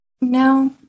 No